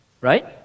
right